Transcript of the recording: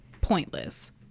pointless